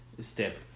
step